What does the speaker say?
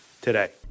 today